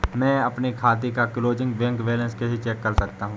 मैं अपने खाते का क्लोजिंग बैंक बैलेंस कैसे चेक कर सकता हूँ?